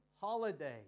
holiday